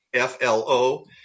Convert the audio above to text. flo